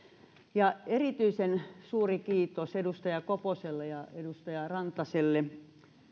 erityisen suuri kiitos edustaja koposelle ja edustaja rantaselle